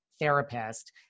therapist